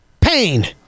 Pain